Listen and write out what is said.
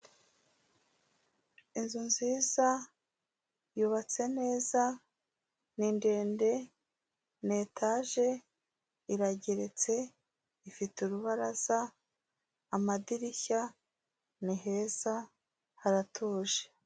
Inzu nziza yubatse neza ni ndende, ni etage irageretse, ifite urubaraza, amadirishya, ni heza haratuje.